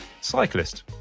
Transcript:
Cyclist